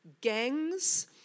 gangs